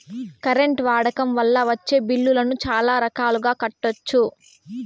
current వాడకం వల్ల వచ్చే బిల్లులను చాలా రకాలుగా కట్టొచ్చు